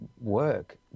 work